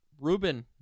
Ruben